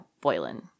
Boylan